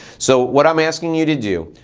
so what i'm asking you to do,